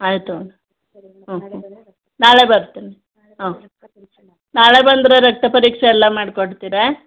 ಆಯಿತು ಮ್ಯಾಮ್ ಹ್ಞೂ ನಾಳೆ ಬರ್ತೀನಿ ಹಾಂ ನಾಳೆ ಬಂದರೆ ರಕ್ತ ಪರೀಕ್ಷೆ ಎಲ್ಲ ಮಾಡಿಕೊಡ್ತೀರಾ